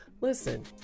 Listen